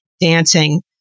dancing